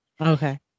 Okay